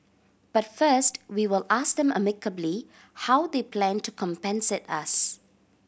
but first we will ask them amicably how they plan to compensate us